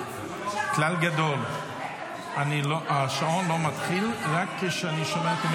כי גם אני אפנה למזכירות